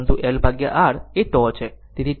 પરંતુ LR એ τ છે